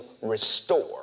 restore